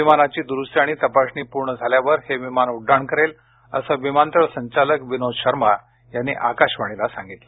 विमानाची दुरुस्ती आणि तपासणी पूर्ण झाल्यावर हे विमान उड्डाण करेल असं विमानतळ संचालक विनोद शर्मा यांनी आकाशवाणीला सांगितलं